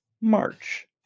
March